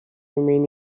remain